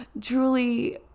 Truly